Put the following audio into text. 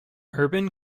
urban